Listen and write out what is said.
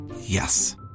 Yes